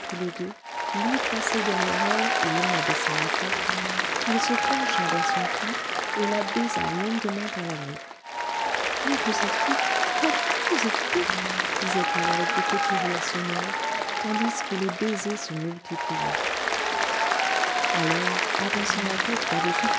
les deux lui placé derrière elle et emma baissant la tête il se pencha vers son cou et la baisa longuement à la nuque mais vous êtes fou ah vous êtes fou disait-elle avec de petits rires sonores tandis que les baisers se multipliaient alors avançant la tête